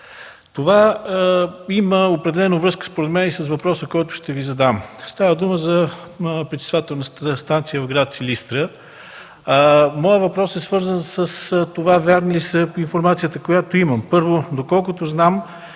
Това има определена връзка с въпроса, който ще Ви задам – става дума за Пречиствателната станция в град Силистра. Моят въпрос е свързан с това: вярна ли е информацията, която имам? Първо, доколкото знам,